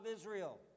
Israel